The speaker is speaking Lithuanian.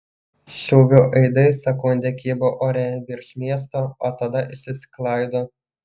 šūvių aidai sekundę kybo ore virš miesto tada išsisklaido